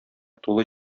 тулы